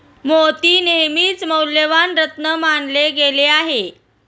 मोती नेहमीच मौल्यवान रत्न मानले गेले आहेत